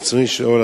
רצוני לשאול,